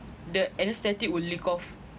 the anaesthetic will leak off